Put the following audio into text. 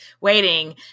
waiting